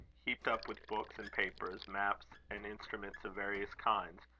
heaped up with books and papers, maps, and instruments of various kinds,